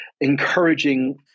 encouraging